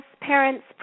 parents